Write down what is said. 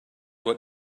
what